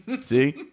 see